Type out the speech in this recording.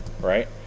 right